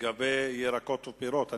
לירקות ופירות.